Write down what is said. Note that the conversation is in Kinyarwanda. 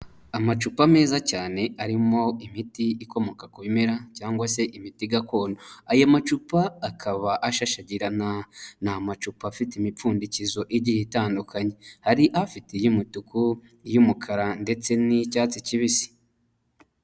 Amacupa meza cyane arimo imiti ikomoka ku bimera cyangwa se imiti gakondo. Aya macupa akaba ashashagirana. Ni amacupa afite imipfundikizo igiye itandukanye. Hari afite iy'umutuku, iy'umukara ndetse n'iy'icyatsi kibisi.